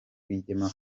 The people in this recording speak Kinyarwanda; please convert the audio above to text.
rwigema